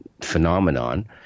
phenomenon